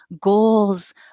goals